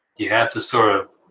you have to sort of,